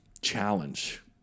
challenge